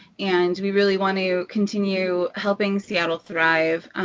and we really want to continue helping seattle thrive,